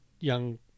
young